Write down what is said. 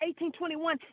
18:21